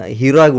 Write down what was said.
hero